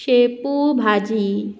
शेपू भाजी